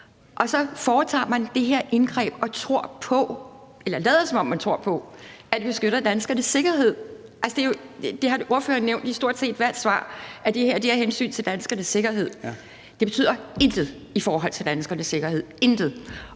Og så foretager man det her indgreb og lader, som om man tror på, at det beskytter danskernes sikkerhed. Altså, det har ordføreren nævnt i stort set hvert svar, altså at det her er af hensyn til danskernes sikkerhed. Det betyder intet i forhold til danskernes sikkerhed – intet.